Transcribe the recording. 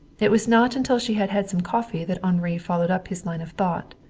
it was not until she had had some coffee that henri followed up his line of thought.